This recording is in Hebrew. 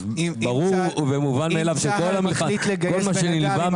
אז ברור ומובן מאליו שכל מה שנלווה מזה --- אם צה"ל מחליט